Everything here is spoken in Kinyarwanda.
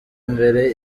mbere